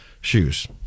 shoes